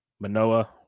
Manoa